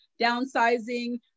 downsizing